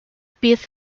pith